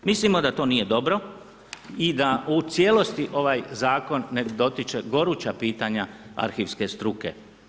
Mislimo da to nije dobro i da u cijelosti ovaj zakon ne dotiče goruća pitanja arhivske struke.